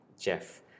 Jeff